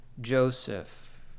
Joseph